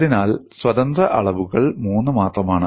അതിനാൽ സ്വതന്ത്ര അളവുകൾ മൂന്ന് മാത്രമാണ്